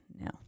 No